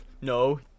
No